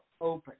open